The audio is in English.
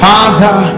Father